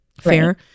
fair